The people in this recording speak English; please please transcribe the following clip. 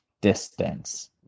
distance